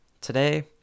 today